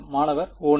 மாணவர் 1